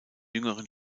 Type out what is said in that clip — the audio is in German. jüngeren